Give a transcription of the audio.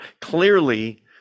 clearly